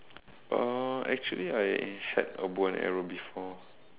uh actually I had a bow and arrow before